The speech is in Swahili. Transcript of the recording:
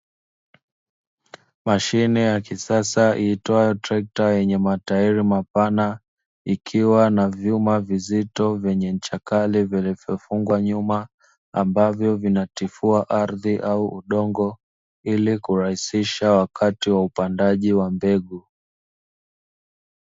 Mashine ya kisasa iitwayo trekta yenye matairi mapana, ikiwa na vyuma vizito vyenye ncha kali vilivyofungwa nyuma ambavyo vinatifua ardhi au udongo ilikurahisisha wakati wa upandaji wa mbegu.